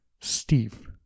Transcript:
Steve